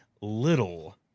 little